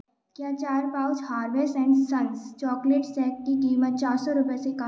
क्या चार pouch Harvest and Sons chocolate sack की कीमत चार सौ रुपए से कम है